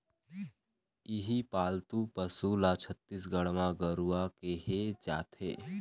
इहीं पालतू पशु ल छत्तीसगढ़ म गरूवा केहे जाथे